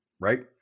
right